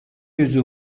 yüzü